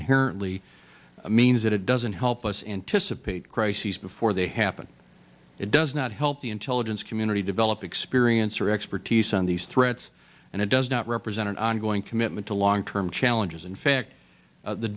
inherently means that it doesn't help us anticipate crises before they happen it does not help the intelligence community develop experience or expertise on these threats and it does not represent an ongoing commitment to long term challenges in fact